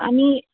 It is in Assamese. আমি